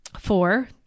Four